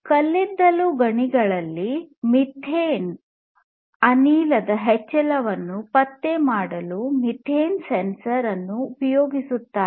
ಕಲ್ಲಿದ್ದಲು ಗಣಿಗಳಲ್ಲಿ ಮೀಥೇನ್ ಅನಿಲದ ಹೆಚ್ಚಳವನ್ನು ಪತ್ತೆಮಾಡಲು ಮಿಥೇನ್ ಸೆನ್ಸರ್ ಅನ್ನು ಉಪಯೋಗಿಸುತ್ತಾರೆ